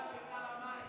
לשר המים.